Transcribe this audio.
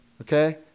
Okay